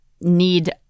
need